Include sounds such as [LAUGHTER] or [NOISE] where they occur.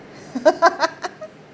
[LAUGHS]